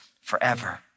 forever